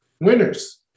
winners